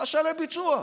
קשה לביצוע.